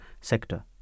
sector